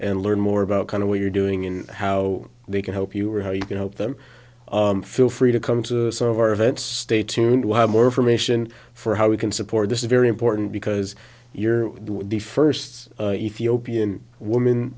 and learn more about kind of what you're doing in how they can help you or how you can help them feel free to come to some of our events stay tuned we'll have more information for how we can support this very important because you're the first ethiopian woman